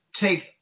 take